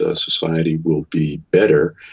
ah society will be better,